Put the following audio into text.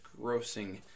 grossing